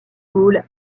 gaulle